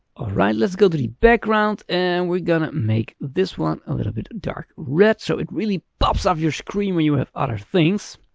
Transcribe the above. alright let's go to the background. and we're gonna make this one a little bit of dark red. so it really pops up your screen where you have other things.